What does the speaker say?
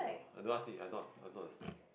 don't ask me I am I am not a snake